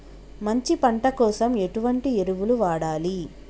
మంచి పంట కోసం ఎటువంటి ఎరువులు వాడాలి?